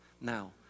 now